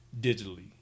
digitally